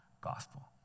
gospel